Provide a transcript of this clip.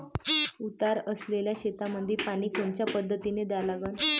उतार असलेल्या शेतामंदी पानी कोनच्या पद्धतीने द्या लागन?